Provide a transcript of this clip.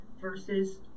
versus